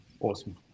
Awesome